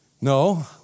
No